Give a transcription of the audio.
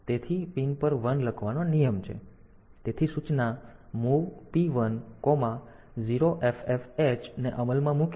તેથી પિન પર 1 લખવાનો આ નિયમ છે તેથી સૂચના MOV P10FFH ને અમલમાં મૂકીને